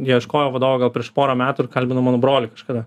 ieškojo vadovo gal prieš pora metų ir kalbino mano brolį kažkada